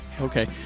Okay